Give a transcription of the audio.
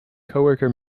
coworker